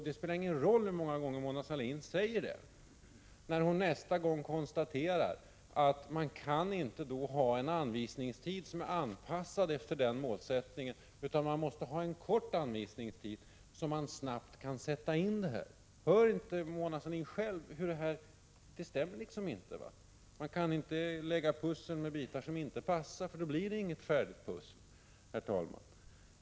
Det spelar ingen roll hur många gånger Mona Sahlin säger det, när hon i nästa stund konstaterar att anvisningstiden inte kan vara anpassad efter denna målsättning, utan man måste ha kort anvisningstid, så att dessa åtgärder snabbt kan sättas in. Hör inte Mona Sahlin själv att detta inte stämmer? Man kan inte lägga pussel med bitar som inte passar, för då blir det inget färdigt pussel.